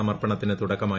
സമർപ്പണത്തിന് തുടക്കമായി